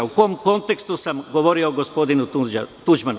U kom kontekstu sam govorio o gospodinu Tuđmanu?